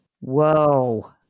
Whoa